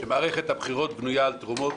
שמערכת הבחירות בנויה על תרומות,